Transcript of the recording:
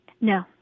No